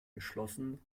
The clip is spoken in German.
geschlossen